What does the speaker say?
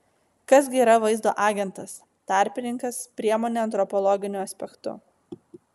kas gi yra vaizdo agentas tarpininkas priemonė antropologiniu aspektu